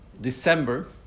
December